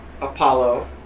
Apollo